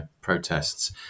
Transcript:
protests